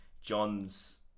John's